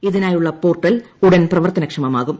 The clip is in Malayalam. ഇതിനായുള്ള പോർട്ടൽ ഉടൻ പ്രവർത്തനക്ഷമമാകും